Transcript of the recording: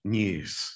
news